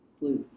blues